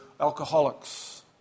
alcoholics